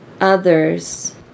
others